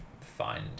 find